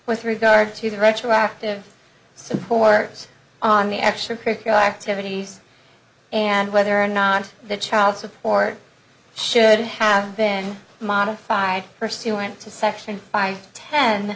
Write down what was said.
with regard to the retroactive support on the extracurricular activities and whether or not the child support should have been modified pursuant to section five ten